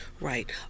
Right